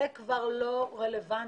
בשנת 2020 זה כבר לא רלוונטי.